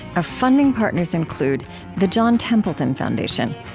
our funding partners include the john templeton foundation,